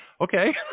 okay